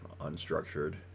unstructured